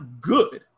good